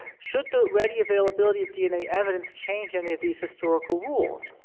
should the ready availability of dna evidence change any of these historical rules?